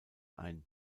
ein